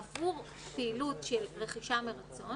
עבור פעילות של רכישה מרצון